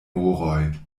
moroj